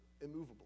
immovable